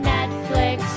Netflix